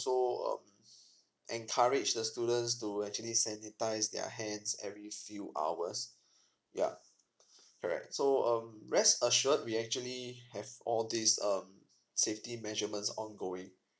um encourage the students to actually sanitize their hands every few hours yeah correct so um rest assured we actually have all these um safety measurements ongoing